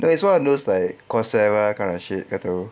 no it's one of those like coursera kind of shit kau tahu